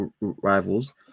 rivals